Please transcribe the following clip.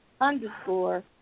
Underscore